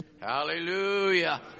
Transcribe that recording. Hallelujah